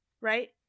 right